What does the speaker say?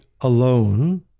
alone